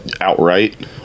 outright